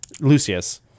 Lucius